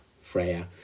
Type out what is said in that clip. Freya